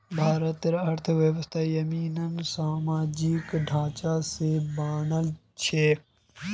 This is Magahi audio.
भारतेर अर्थव्यवस्था ययिंमन सामाजिक ढांचा स बनाल छेक